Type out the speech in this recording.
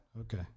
Okay